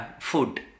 food